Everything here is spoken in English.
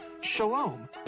shalom